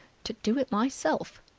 to do it myself!